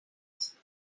است